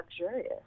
luxurious